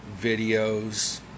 videos